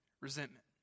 resentment